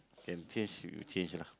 can change we change lah